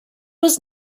was